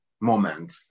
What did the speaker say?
moment